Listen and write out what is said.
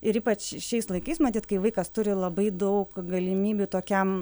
ir ypač šiais laikais matyt kai vaikas turi labai daug galimybių tokiam